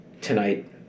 Tonight